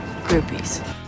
groupies